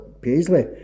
Paisley